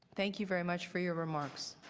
thank you very much for your remarks.